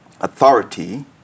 authority